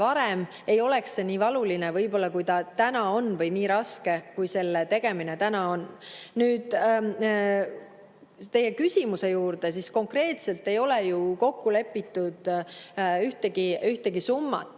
varem, ei oleks see võib-olla nii valuline, kui ta täna on, nii raske, kui selle tegemine täna on. Nüüd teie küsimuse juurde. Konkreetselt ei ole ju kokku lepitud ühtegi summat.